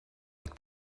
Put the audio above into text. like